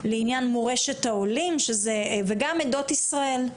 לעניין מורשת העולים וגם עדות ישראל,